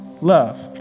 Love